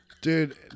Dude